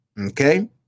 okay